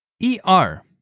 E-R